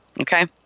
Okay